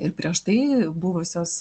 ir prieš tai buvusios